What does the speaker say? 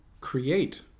create